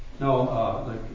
No